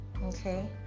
okay